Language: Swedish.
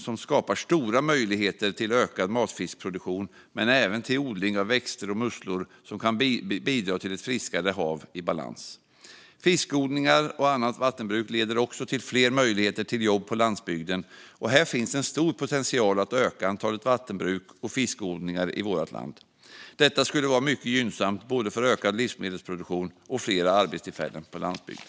Det skapar stora möjligheter till ökad matfiskproduktion, men även till odling av växter och musslor som kan bidra till ett friskare hav i balans. Fiskodlingar och annat vattenbruk leder också till fler möjligheter till jobb på landsbygden. Här finns en stor potential att öka antalet vattenbruk och fiskodlingar i vårt land. Detta skulle vara mycket gynnsamt för både ökad livsmedelsproduktion och fler arbetstillfällen på landsbygden.